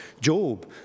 Job